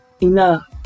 enough